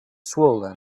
swollen